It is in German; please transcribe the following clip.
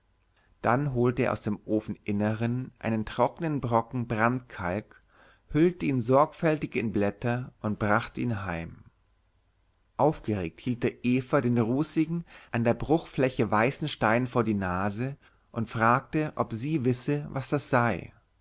dann holte er aus dem ofeninneren einen trockenen brocken brandkalk hüllte ihn sorgfältig in blätter und brachte ihn heim aufgeregt hielt er eva den rußigen an der bruchfläche weißen stein vor die nase und fragte ob sie wisse was das sei